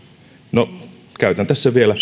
no käytän tässä vielä